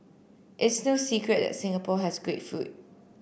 it's no secret that Singapore has great food